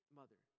mother